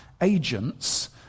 agents